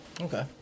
Okay